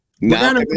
Now